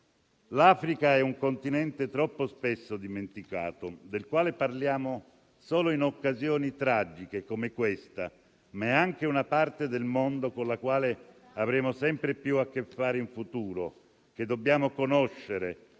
L'Africa è un continente troppo spesso dimenticato e del quale parliamo solo in occasioni tragiche come questa, ma è anche una parte del mondo con la quale avremo sempre più a che fare in futuro, che dobbiamo conoscere